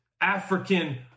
African